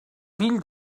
fill